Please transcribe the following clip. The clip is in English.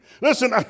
Listen